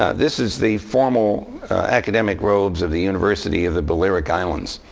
ah this is the formal academic robes of the university of the balearic islands.